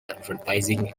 advertising